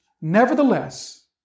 Nevertheless